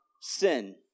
sin